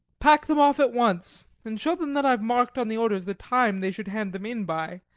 pack them off at once and shew them that i've marked on the orders the time they should hand them in by.